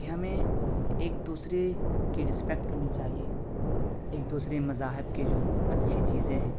کہ ہمیں ایک دوسرے کی رسپیکٹ کرنی چاہیے ایک دوسرے مذاہب کے جو اچھی چیزیں ہیں